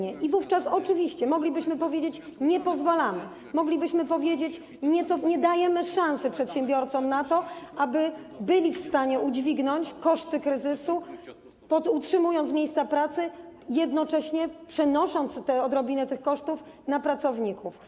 I wówczas oczywiście moglibyśmy powiedzieć: nie pozwalamy, moglibyśmy powiedzieć: nie dajemy szansy przedsiębiorcom na to, aby byli w stanie udźwignąć koszty kryzysu, utrzymując miejsca pracy, jednocześnie przenosząc odrobinę tych kosztów na pracowników.